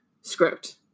script